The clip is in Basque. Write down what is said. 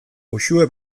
uxue